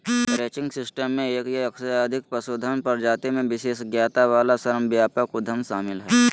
ranching system मे एक या एक से अधिक पशुधन प्रजाति मे विशेषज्ञता वला श्रमव्यापक उद्यम शामिल हय